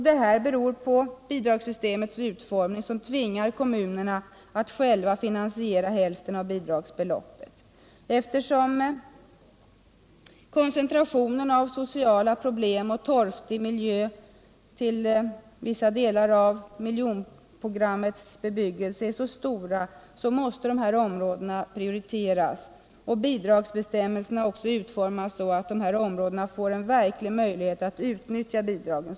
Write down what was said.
Detta beror på att bidragssystemets utformning tvingar kommunerna att själva finansiera hälften av bidragsbeloppet. Eftersom koncentrationen av sociala problem och torftig miljö i vissa delar av miljonprogrammets bebyggelse är så stora, måste dessa områden prioriteras. Bidragsbestämmelserna måste utformas så att problemområdena får en verklig möjlighet att utnyttja bidragen.